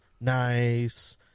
knives